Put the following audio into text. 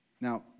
Now